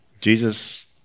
Jesus